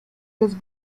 los